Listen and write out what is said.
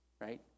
right